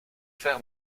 faire